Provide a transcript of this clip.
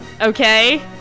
okay